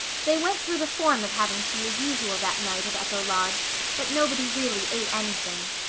they went through the form of having tea as usual that night at echo lodge but nobody really ate anything.